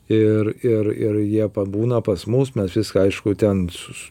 ir ir ir jie pabūna pas mus mes viską aišku ten su su